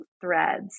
threads